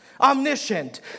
Omniscient